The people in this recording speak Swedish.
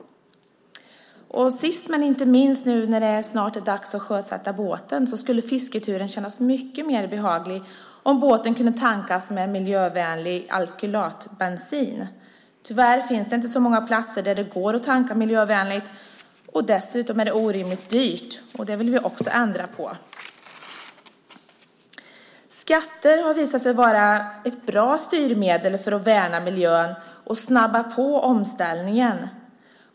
Sist men inte minst vill jag säga: Nu när det snart är dags att sjösätta båten skulle fisketuren kännas mycket mer behaglig om båten kunde tankas med miljövänlig alkylatbensin. Tyvärr finns det inte så många platser där det går att tanka miljövänligt. Dessutom är det orimligt dyrt. Det vill vi också ändra på. Skatter har visat sig vara ett bra styrmedel för att värna miljön och snabba på omställningen.